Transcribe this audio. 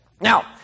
Now